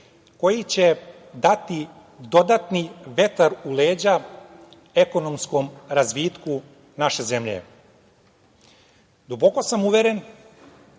koji će dati dodatni vetar u leđa ekonomskom razvitku naše zemlje. Duboko sam uveren,